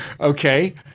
okay